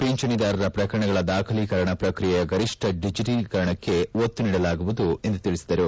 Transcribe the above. ಪಿಂಚಣಿದಾರರ ಪ್ರಕರಣಗಳ ದಾಖಲೀಕರಣ ಪ್ರಕ್ರಿಯೆಯ ಗರಿಷ್ಠ ಡಿಜಿಟಲೀಕರಣಕ್ಕೆ ಒತ್ತು ನೀಡಲಾಗುವುದು ಎಂದು ತಿಳಿಸಿದರು